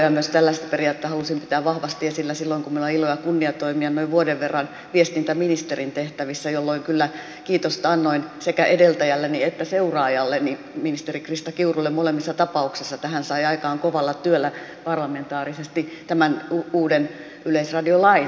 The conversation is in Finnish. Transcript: myös tällaista periaatetta halusin pitää vahvasti esillä silloin kun minulla oli ilo ja kunnia toimia noin vuoden verran viestintäministerin tehtävissä jolloin kyllä kiitosta annoin sekä edeltäjälleni että seuraajalleni ministeri krista kiurulle molemmissa tapauksissa että hän sai aikaan kovalla työllä parlamentaarisesti tämän uuden yleisradiolain